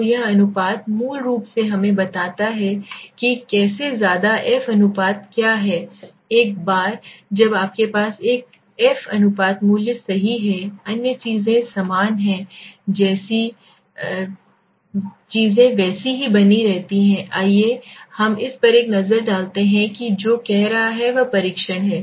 तो यह अनुपात मूल रूप से हमें बताता है कि कैसे ज्यादा एफ अनुपात क्या है एक बार जब आपके पास एफ अनुपात मूल्य सही है अन्य चीजें समान हैं चीजें वैसी ही बनी रहती हैं आइए हम इस पर एक नजर डालते हैं कि जो कह रहा है वह परीक्षण है